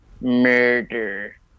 murder